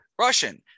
Russian